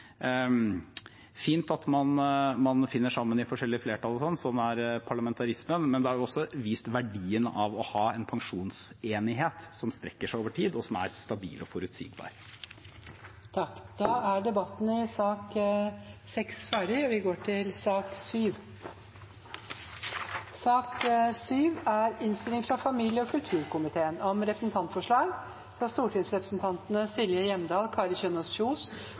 fint at man finner sammen i forskjellige flertall, sånn er parlamentarismen, men den har også vist verdien av å ha en pensjonsenighet som strekker seg over tid, og som er stabil og forutsigbar. Flere har ikke bedt om ordet til sak nr. 6. Etter ønske fra familie- og kulturkomiteen vil presidenten ordne debatten slik: 3 minutter til hver partigruppe og